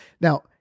Now